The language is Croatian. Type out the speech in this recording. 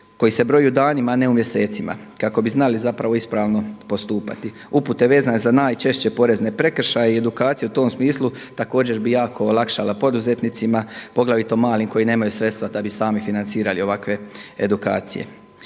koji se broji u danima, a ne u mjesecima, kako bi znači zapravo ispravno postupati. Upute vezane za najčešće porezne prekršaje i edukaciju u tom smislu također bi jako olakšala poduzetnicima poglavito malim koji nemaju sredstva da bi sami financirali ovakve edukacije.